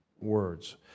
words